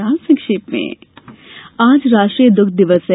समाचार संक्षेप में आज राष्ट्रीय दुग्ध दिवस है